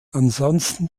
ansonsten